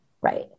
Right